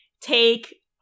take